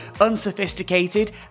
unsophisticated